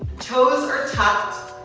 toes are tucked.